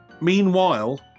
Meanwhile